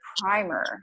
primer